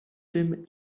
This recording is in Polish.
tym